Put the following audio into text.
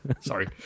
sorry